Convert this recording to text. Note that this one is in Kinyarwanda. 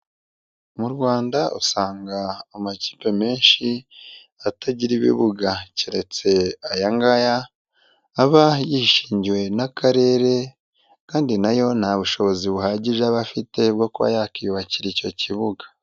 Mu Rwanda usanga amakipe menshi atagira ibibuga, keretse aya ngaya aba yishingiwe n'Akarere kandi nayo nta bushobozi buhagije aba afite bwo kuba yakiyubakira icyo kibuga.